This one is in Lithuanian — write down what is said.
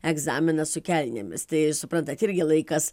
egzaminą su kelnėmis tai suprantat irgi laikas